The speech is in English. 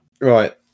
Right